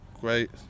great